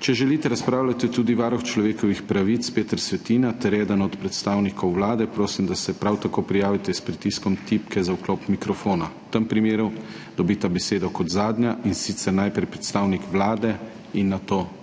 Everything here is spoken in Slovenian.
Če želite razpravljati tudi varuh človekovih pravic Peter Svetina ter eden od predstavnikov Vlade, prosim, da se prav tako prijavite s pritiskom tipke za vklop mikrofona. V tem primeru dobita besedo kot zadnja, in sicer najprej predstavnik Vlade in nato varuh.